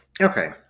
Okay